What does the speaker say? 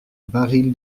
baril